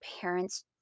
parents